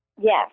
Yes